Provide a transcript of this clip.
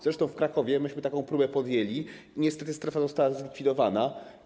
Zresztą w Krakowie myśmy taką próbę podjęli i niestety strefa została zlikwidowana.